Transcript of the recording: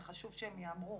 וחשוב שהם ייאמרו: